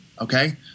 Okay